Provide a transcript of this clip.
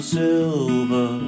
silver